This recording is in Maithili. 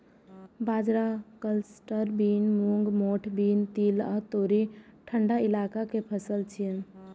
बाजरा, कलस्टर बीन, मूंग, मोठ बीन, तिल आ तोरी ठंढा इलाका के फसल छियै